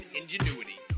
ingenuity